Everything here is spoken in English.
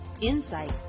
insight